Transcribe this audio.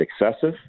excessive